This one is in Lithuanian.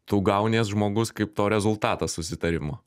tu gaunies žmogus kaip to rezultatas susitarimo